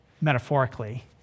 metaphorically